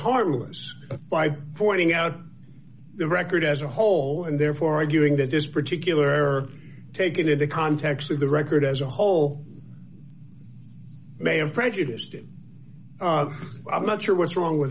harmless by forging out the record as a whole and therefore arguing that this particular take it in the context of the record as a whole may have prejudiced it i'm not sure what's wrong with